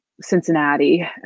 Cincinnati